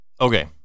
Okay